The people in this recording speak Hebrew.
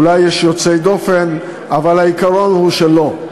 אולי יש יוצאי דופן, אבל העיקרון הוא שלא,